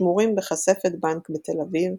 שמורים בכספת בנק בתל אביב,